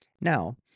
Now